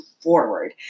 forward